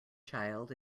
child